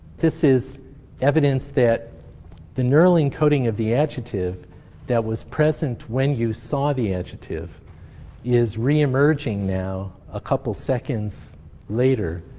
this is evidence that the neural encoding of the adjective that was present when you saw the adjective is re-emerging now a couple seconds later,